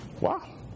Wow